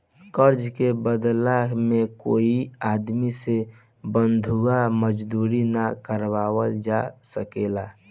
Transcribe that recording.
कर्जा के बदला में कोई आदमी से बंधुआ मजदूरी ना करावल जा सकेला